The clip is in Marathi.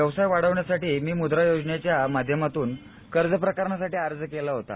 व्यवसाय वाढवण्यासाठी मी मुद्रा योजनेच्या माध्यमातून कर्ज प्रकरणासाठी अर्ज केला होता